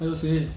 还有谁